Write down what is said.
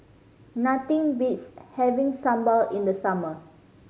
nothing beats having sambal in the summer